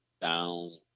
down